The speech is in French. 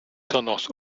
tendances